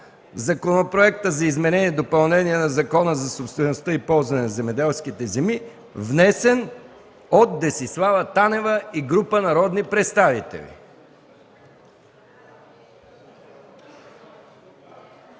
Законопроекта за изменение и допълнение на Закона за собствеността и ползването на земеделските земи, внесен от Десислава Танева и група народни представители.